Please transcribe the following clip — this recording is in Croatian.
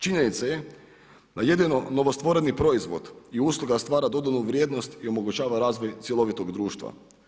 Činjenica je da jedino novostvoreni proizvod i usluga stvara dodanu vrijednost i omogućava razvoj cjelovitog društva.